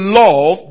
love